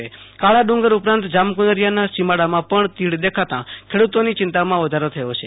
કાળા કાળા ડુંગર ઉપરાંત જામકુનરીયાના સીમાડામાં પણ તીડ દેખાતા ખેડુતોની ચિંતામાં વધારો થયો છે